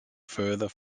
further